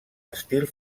estil